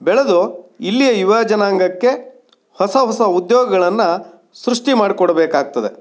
ಬೆಳೆದು ಇಲ್ಲಿಯ ಯುವ ಜನಾಂಗಕ್ಕೆ ಹೊಸ ಹೊಸ ಉದ್ಯೋಗಗಳನ್ನ ಸೃಷ್ಟಿ ಮಾಡಿಕೊಡ್ಬೇಕಾಗ್ತದೆ